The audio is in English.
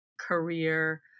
career